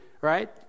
right